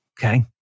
Okay